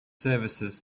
services